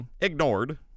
ignored